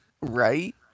right